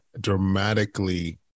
dramatically